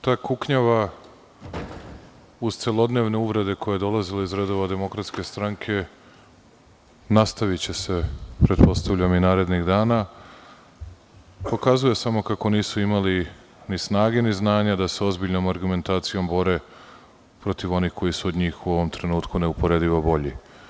Ta kuknjava, uz celodnevne uvrede koje dolaze iz redova DS, nastaviće se, pretpostavljam, i narednih dana, pokazuje samo kako nisu imali ni snage, ni znanja da se sa ozbiljnom argumentacijom bore protiv onih koji su od njih u ovom trenutku neuporedivo bolji.